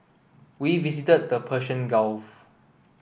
we visited the Persian Gulf